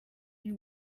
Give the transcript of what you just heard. you